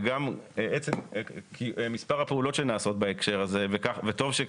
וגם מספר הפעולות שנעשות בהקשר הזה, וטוב שכך,